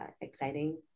exciting